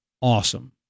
awesome